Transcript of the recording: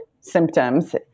symptoms